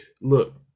Look